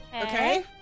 Okay